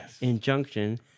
injunction